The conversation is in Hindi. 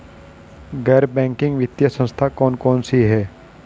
गैर बैंकिंग वित्तीय संस्था कौन कौन सी हैं?